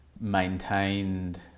maintained